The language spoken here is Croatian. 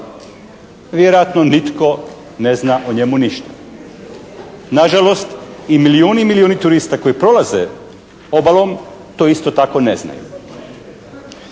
Vjerojatno nitko ne zna o njemu ništa. Nažalost i milijuni i milijuni turista koji prolaze obalom to isto tako ne znaju.